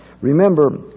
Remember